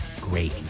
great